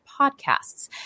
podcasts